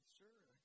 sure